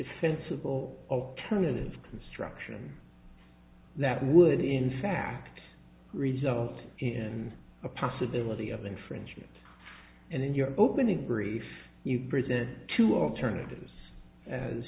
defensible alternative construction that would in fact result in a possibility of infringement and in your opening brief you've presented two alternatives as